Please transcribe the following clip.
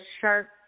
sharp